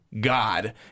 God